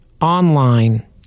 online